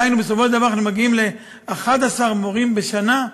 דהיינו בסופו של דבר אנחנו מגיעים ל-11 מורים בשנה,